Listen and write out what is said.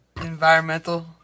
environmental